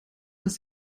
ist